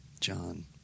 John